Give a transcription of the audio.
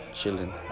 chilling